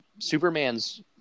Superman's